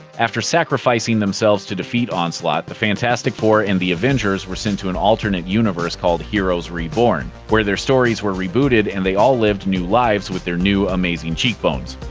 after sacrificing themselves to defeat onslaught, the fantastic four and the avengers were sent to an alternate universe called heroes reborn, where their stories were rebooted and they all lived new lives with their new, amazing cheekbones.